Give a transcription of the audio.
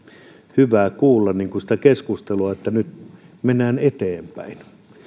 hyvä kuulla sitä keskustelua että nyt mennään eteenpäin